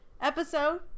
episode